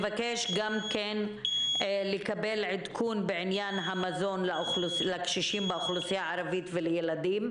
ונבקש לקבל עדכון בעניין המזון לקשישים באוכלוסייה הערבית ולילדים,